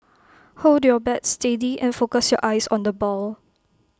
hold your bat steady and focus your eyes on the ball